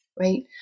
right